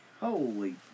Holy